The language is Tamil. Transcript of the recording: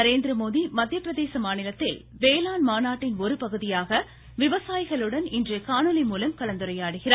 நரேந்திரமோடி மத்திய பிரதேச மாநிலத்தில் வேளாண் மாநாட்டின் ஒருபகுதியாக விவசாயிகளுடன் இன்று காணொலிமூலம் கலந்துரையாடுகிறார்